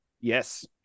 Yes